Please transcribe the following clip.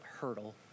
hurdle